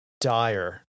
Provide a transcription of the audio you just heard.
dire